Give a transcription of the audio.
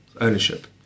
ownership